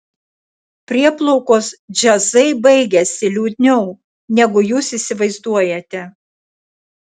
prieplaukos džiazai baigiasi liūdniau negu jūs įsivaizduojate